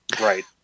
right